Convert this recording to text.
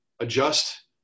adjust